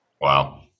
Wow